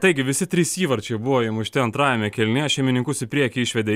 taigi visi trys įvarčiai buvo įmušti antrajame kėlinyje šeimininkus į priekį išvedė